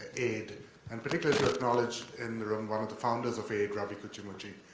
aid and particular to acknowledge in the room one of the fournders of aid, ravi kuchimanchi.